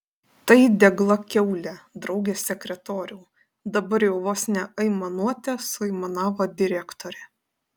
tai degla kiaulė drauge sekretoriau dabar jau vos ne aimanuote suaimanavo direktorė